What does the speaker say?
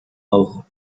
auch